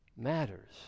matters